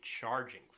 charging